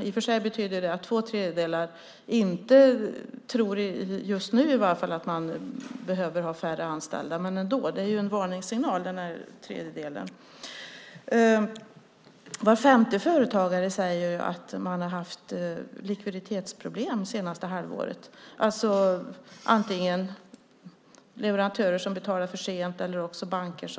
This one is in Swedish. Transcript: Det innebär i och för sig att två tredjedelar inte just nu tycker att man behöver ha färre anställda, men det är ändå en varningssignal att en tredjedel tycker det. Var femte företagare säger att man har haft likviditetsproblem det senaste halvåret, alltså antingen att leverantörer betalar för sent eller att banker